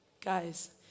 Guys